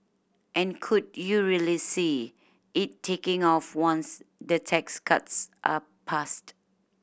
and could you really see it taking off once the tax cuts are passed